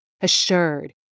assured